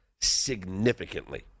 significantly